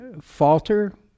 falter